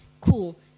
Cool